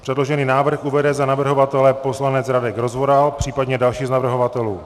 Předložený návrh uvede za navrhovatele poslanec Radek Rozvoral, případně další z navrhovatelů.